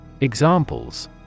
Examples